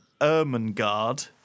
Ermengarde